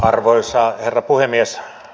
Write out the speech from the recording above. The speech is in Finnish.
arvoisa herra puhemies